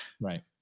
Right